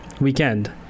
weekend